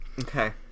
Okay